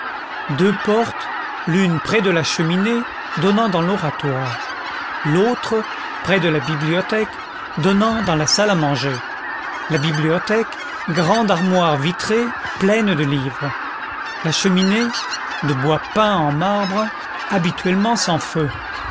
deux portes l'une près de la cheminée donnant dans l'oratoire l'autre près de la bibliothèque donnant dans la salle à manger la bibliothèque grande armoire vitrée pleine de livres la cheminée de bois peint en marbre habituellement sans feu